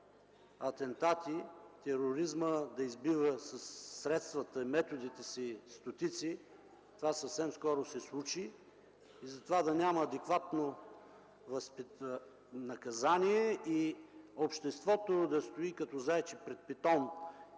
атентати, тероризмът със средствата и методите си да избива стотици – това съвсем скоро се случи, и за това да няма адекватно наказание и обществото да стои като зайче пред питон